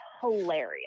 hilarious